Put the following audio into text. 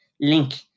link